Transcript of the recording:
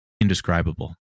indescribable